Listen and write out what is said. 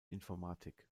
informatik